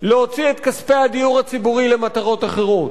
להוציא את כספי הדיור הציבורי למטרות אחרות?